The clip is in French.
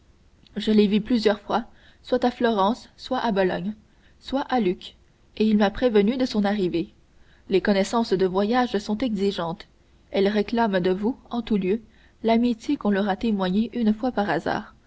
je l'ai vu plusieurs fois soit à florence soit à bologne soit à lucques et il m'a prévenu de son arrivée les connaissances de voyage sont exigeantes elles réclament de vous en tout lieu l'amitié qu'on leur a témoignée une fois par hasard